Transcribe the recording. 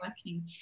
working